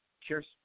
Cheers